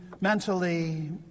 mentally